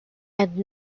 and